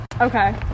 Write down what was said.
Okay